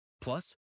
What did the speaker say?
Plus